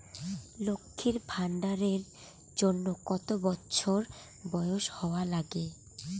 লক্ষী ভান্ডার এর জন্যে কতো বছর বয়স হওয়া লাগে?